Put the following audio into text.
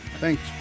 thanks